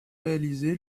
réalisé